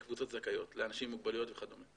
לקבוצות זכאיות, לאנשים עם מוגבלויות וכדומה.